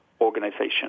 organization